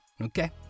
okay